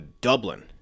Dublin